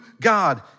God